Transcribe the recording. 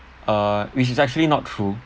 uh which is actually not true